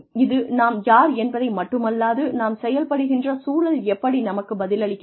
இது நாம் யார் என்பதை மட்டுமல்லாது நாம் செயல்படுகின்ற சூழல் எப்படி நமக்குப் பதிலளிக்கிறது